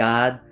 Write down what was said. God